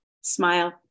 Smile